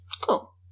Cool